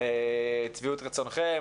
את שביעות רצונכם,